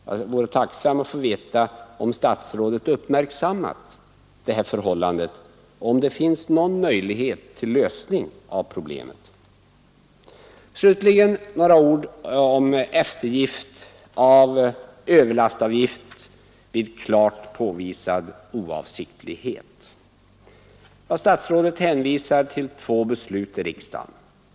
Jag vore tacksam att få veta om statsrådet uppmärksammat detta förhållande och om det finns någon möjlighet till lösning av problemet. Slutligen några ord om frågan om eftergift av överlastavgift vid klart påvisad oavsiktlighet. Statsrådet hänvisar till två beslut i riksdagen.